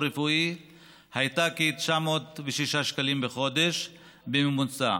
רפואי הייתה כ-906 שקלים בחודש בממוצע,